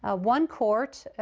ah one court,